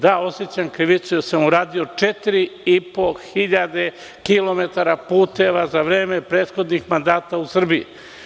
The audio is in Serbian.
Da, osećam krivicu jer sam uradio 4.500 kilometara puteva za vreme prethodnih mandata u Srbiji.